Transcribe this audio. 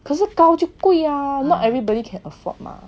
可是高就贵 ah not everybody can afford mah